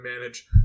manage